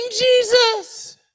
Jesus